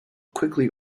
quickly